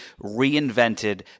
reinvented